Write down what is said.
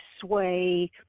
sway